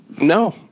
No